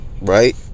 right